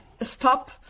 stop